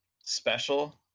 special